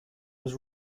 was